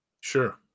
Sure